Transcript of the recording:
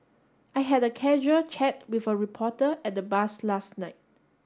I had a casual chat with a reporter at the bus last night